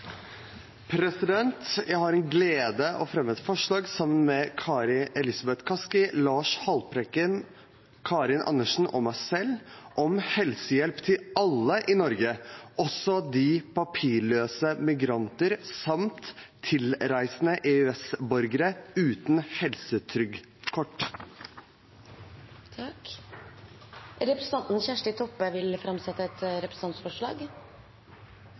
representantforslag. Jeg har den glede å fremme et forslag på vegne av Kari Elisabeth Kaski, Lars Haltbrekken, Karin Andersen og meg selv om helsehjelp til alle i Norge, også til papirløse migranter samt tilreisende EØS-borgere uten helsetrygdekort. Representanten Kjersti Toppe vil framsette et representantforslag.